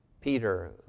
Peter